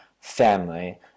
family